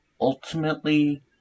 ultimately